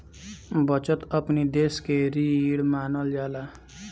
बचत अपनी देस के रीढ़ मानल जाला